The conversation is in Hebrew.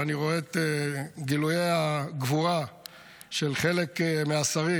ואני רואה את גילויי הגבורה של חלק מהשרים,